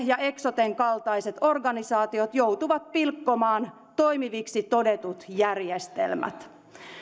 ja eksoten kaltaiset organisaatiot joutuvat pilkkomaan toimiviksi todetut järjestelmät